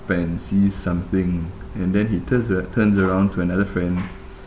and see something and then he turns a~ turns around to another friend